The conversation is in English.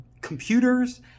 computers